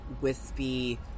wispy